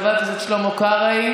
חבר הכנסת שלמה קרעי,